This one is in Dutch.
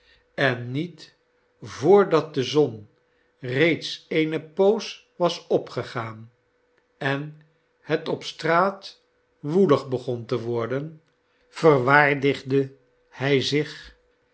en niet voor dat de zon reeds eene poos was opgegaan en het op straat woelig begon te worden verwaardigde hij zich